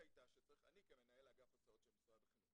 אני כמנהל אגף הסעות של משרד החינוך,